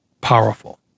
powerful